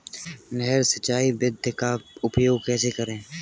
नहर सिंचाई विधि का उपयोग कैसे करें?